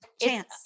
chance